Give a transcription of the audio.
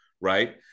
right